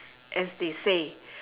as they say